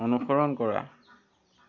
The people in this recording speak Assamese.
অনুসৰণ কৰা